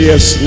Yes